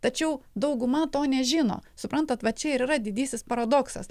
tačiau dauguma to nežino suprantat va čia ir yra didysis paradoksas